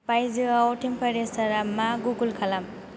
बायजोआव टेम्पारेचारआ मा गुगोल खालाम